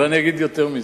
ואני אגיד יותר מזה: